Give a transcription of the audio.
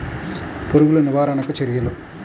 పురుగులు నివారణకు చర్యలు?